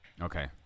okay